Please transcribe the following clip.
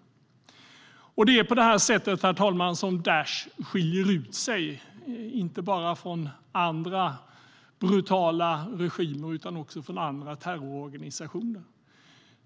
Herr talman! Det är på detta sätt som Daish skiljer ut sig, inte bara från andra brutala regimer utan också från andra terrororganisationer.